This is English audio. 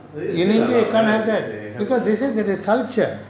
we see a lot they have a lot